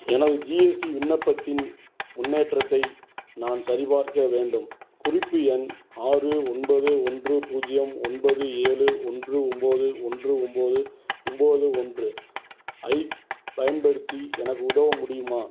எனது ஜிஎஸ்டி விண்ணப்பத்தின் முன்னேற்றத்தை நான் சரிபார்க்க வேண்டும் குறிப்பு எண் ஆறு ஒன்பது ஒன்று பூஜ்ஜியம் ஒன்பது ஏழு ஒன்று ஒம்போது ஒன்று ஒம்போது ஒம்போது ஒன்று ஐப் பயன்படுத்தி எனக்கு உதவ முடியுமா